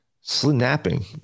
Snapping